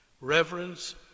Reverence